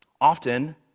Often